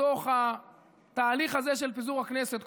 בתוך התהליך הזה של פיזור הכנסת,